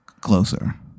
closer